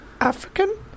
African